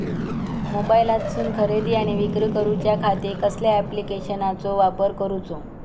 मोबाईलातसून खरेदी आणि विक्री करूच्या खाती कसल्या ॲप्लिकेशनाचो वापर करूचो?